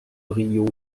río